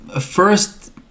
first